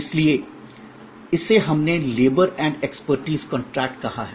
इसलिए इसे हमने लेबर एंड एक्सपर्टीज कॉन्ट्रैक्ट कहा है